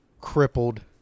Crippled